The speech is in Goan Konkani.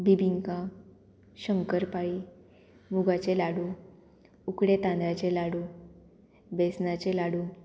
बिबिंका शंकर पाळी मुगाचे लाडू उकडे तांदळ्याचे लाडू बेसनाचे लाडू